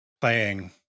playing